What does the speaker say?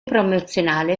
promozionale